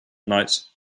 night